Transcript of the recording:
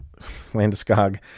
Landeskog